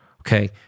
Okay